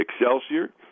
Excelsior